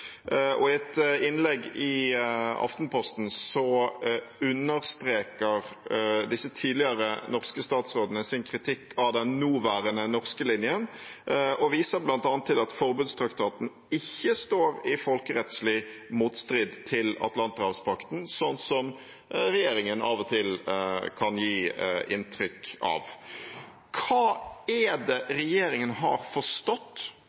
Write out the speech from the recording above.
Claes. I et innlegg i Aftenposten understreker disse tidligere norske statsrådene sin kritikk av den nåværende norske linjen og viser bl.a. til at forbudstraktaten ikke står i folkerettslig motstrid til Atlanterhavspakten, sånn som regjeringen av og til kan gi inntrykk av. Hva er det regjeringen har forstått